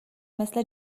مثل